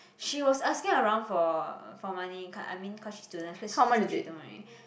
she was asking around for for money ca~ I mean cause she student cause so she don't worry